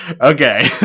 Okay